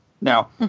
Now